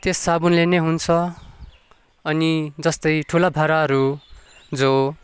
त्यस साबुनले नै हुन्छ अनि जस्तै ठुला भाँडाहरू जो